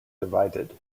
divided